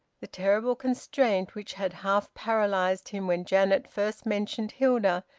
the terrible constraint which had half paralysed him when janet first mentioned hilda,